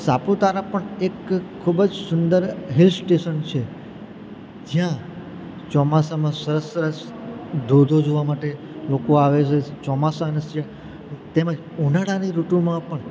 સાપુતારા પણ એક ખૂબ જ સુંદર હિલ સ્ટેશન છે જ્યાં ચોમાસામાં સહસ્ત્ર ધોધ જોવા માટે લોકો આવે છે ચોમાસાને તેમજ ઊનાળાની ઋતુમાં પણ